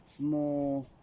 more